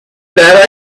that